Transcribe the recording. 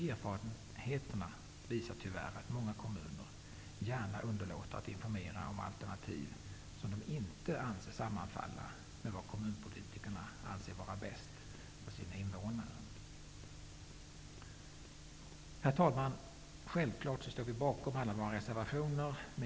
Erfarenheterna visar tyvärr att många kommuner gärna underlåter att informera om alternativ som inte sammanfaller med vad kommunpolitikerna anser vara bäst för invånarna. Herr talman! Självfallet står vi bakom alla våra reservationer.